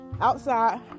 outside